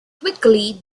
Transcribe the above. quickly